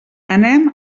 anem